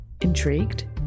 Intrigued